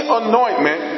anointment